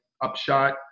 Upshot